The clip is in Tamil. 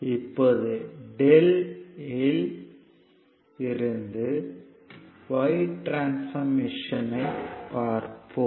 இப்போது Δ யில் இருந்து Y டிரான்ஸ்பார்மஷன் ஐ பார்ப்போம்